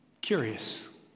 curious